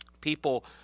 People